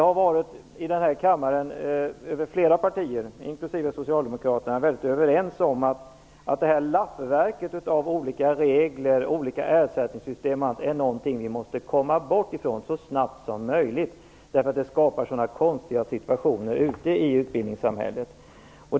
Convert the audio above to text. Här i kammaren har flera partier, inklusive Socialdemokraterna, varit överens om att detta lappverk av olika regler och olika ersättningssystem är någonting vi måste komma bort ifrån så snabbt som möjligt. Det skapar sådana konstiga situationer ute i utbildningssamhället.